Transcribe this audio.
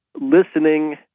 listening